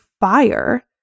fire